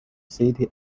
city